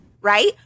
Right